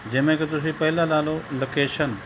ਜਿਵੇਂ ਕਿ ਤੁਸੀਂ ਪਹਿਲਾਂ ਲਾ ਲਓ ਲੋਕੇਸ਼ਨ